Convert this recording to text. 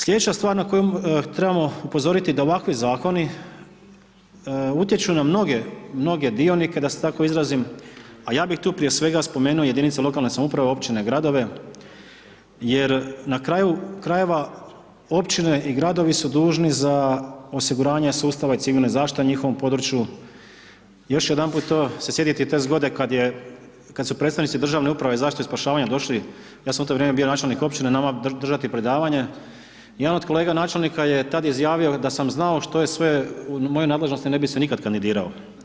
Slijedeća stvar na koju trebamo upozoriti da ovakvi Zakoni utječu na mnoge dionike, da se tako izrazim a ja bih tu prije svega spomenuo jedinice lokalne samouprave, općine, gradove jer na kraju krajeva, općine i gradovi su dužni za osiguranja sustava i civilne zaštite na njihovom području, još jedanput to se sjetiti te zgodne kad su predstavnici Državne uprave za zaštitu i spašavanje došli, ja sam u to vrijeme bio načelnik općine, nama držati predavanje, jedan od kolega načelnika je tad izjavio „da sam znao što je sve u mojoj nadležnosti, ne bise nikad kandidirao“